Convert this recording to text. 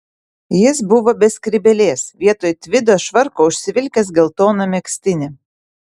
jis buvo be skrybėlės vietoj tvido švarko užsivilkęs geltoną megztinį